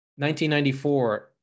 1994